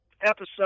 episode